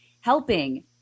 helping